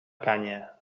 canya